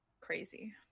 Crazy